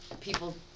people